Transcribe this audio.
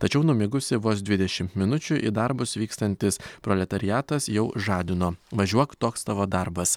tačiau numigusį vos dvidešimt minučių į darbus vykstantis proletariatas jau žadino važiuok toks tavo darbas